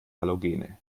halogene